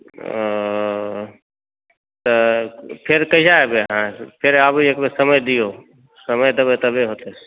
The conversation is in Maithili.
ओ तऽ फेर कहिआ एबै अहाँ फेर आबू एक बेर समय दियौ समय देबै तबे होतै